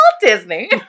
Disney